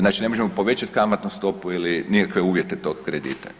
Znači ne možemo povećati kamatnu stopu ili nikakve uvjete tog kredita.